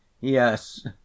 Yes